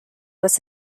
was